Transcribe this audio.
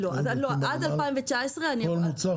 עד 2019 --- בדקו כל מוצר